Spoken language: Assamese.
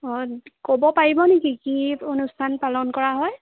ক'ব পাৰিব নেকি কি অনুষ্ঠান পালন কৰা হয়